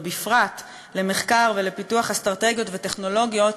ובפרט למחקר ולפיתוח אסטרטגיות וטכנולוגיות